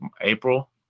April